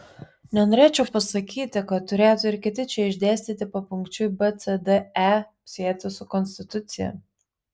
nenorėčiau pasakyti kad turėtų ir kiti čia išdėstyti papunkčiui b c d e sietis su konstitucija